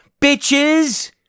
bitches